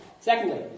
Secondly